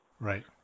Right